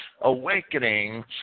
awakening